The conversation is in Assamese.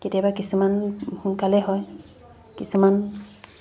কেতিয়াবা কিছুমান সোনকালে হয় কিছুমান